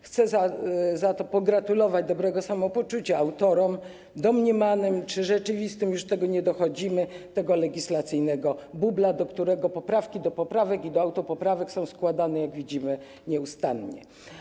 Chcę za to pogratulować dobrego samopoczucia autorom, domniemanym czy rzeczywistym, już nie dochodzimy, tego legislacyjnego bubla, do którego poprawki do poprawek i do autopoprawek są składane, jak widzimy, nieustannie.